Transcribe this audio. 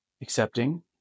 accepting